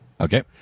Okay